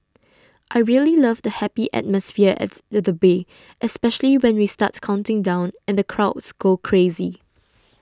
I really love the happy atmosphere at the at bay especially when we start counting down and the crowds go crazy